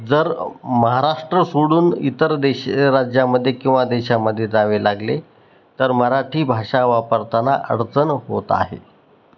जर महाराष्ट्र सोडून इतर देश राज्यामध्ये किंवा देशामध्ये जावे लागले तर मराठी भाषा वापरताना अडचण होत आहे